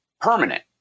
permanent